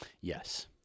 Yes